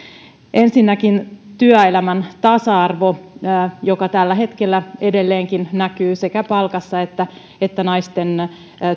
ensinnäkin työelämän tasa arvo joka tällä hetkellä edelleenkin näkyy sekä palkassa että että naisten